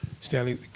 Stanley